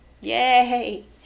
Yay